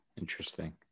Interesting